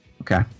Okay